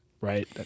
right